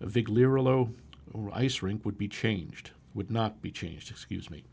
of the rice rink would be changed would not be changed excuse me